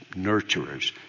nurturers